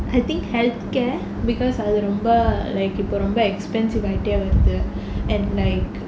I think healthcare because அது ரொம்ப:athu romba like இப்ப ரொம்ப:ippa romba expensive ஆகிட்டே வருது:aakittae varuthu and like